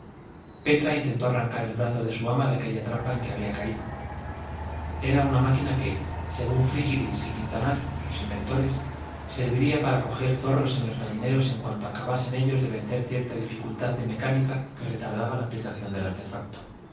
petra intentó arrancar el brazo de su ama de aquella trampa en que había caído era una máquina que según frígilis y quintanar sus inventores serviría para coger zorros en los gallineros en cuanto acabasen ellos de vencer cierta dificultad de mecánica que retardaba la aplicación del artefacto